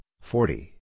forty